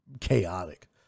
chaotic